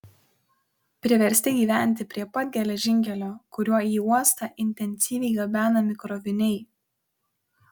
priversti gyventi prie pat geležinkelio kuriuo į uostą intensyviai gabenami kroviniai